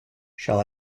shall